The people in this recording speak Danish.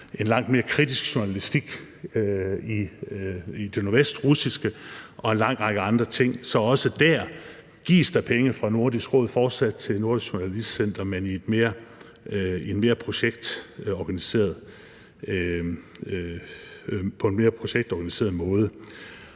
en langt mere kritisk journalistik i det nordvestrussiske og en lang række andre ting. Så også der gives der fortsat penge fra Nordisk Råd til Nordisk Journalistcenter, men på en mere projektorganiseret måde.